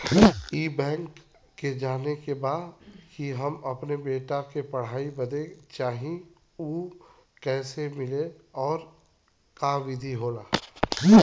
ई बैंक से जाने के बा की हमे अपने बेटा के पढ़ाई बदे लोन चाही ऊ कैसे मिलेला और का विधि होला?